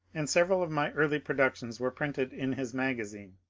and several of my early productions were printed in his magazine.